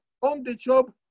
on-the-job